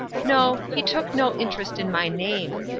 no, he took no interest in my name.